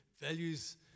values